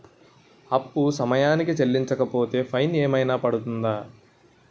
అప్పు సమయానికి చెల్లించకపోతే ఫైన్ ఏమైనా పడ్తుంద?